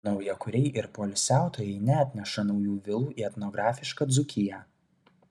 naujakuriai ir poilsiautojai neatneša naujų vilų į etnografišką dzūkiją